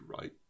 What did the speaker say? right